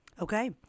Okay